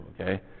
Okay